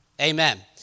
Amen